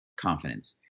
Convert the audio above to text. confidence